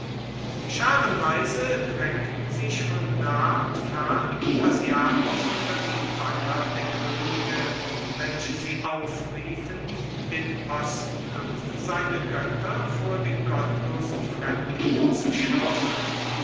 scharenweise drängten sich von nah und fern die asiaten unter die banner der könige welche sie aufriefen den osten und seine götter vor den gottlosen fremdlingen zu schirmen